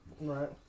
right